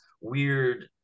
weird